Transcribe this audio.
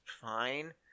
fine